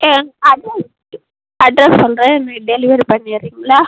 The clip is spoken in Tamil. அட்ரெஸ் சொல்கிறேன் டெலிவரி பண்ணிடுரிங்ளா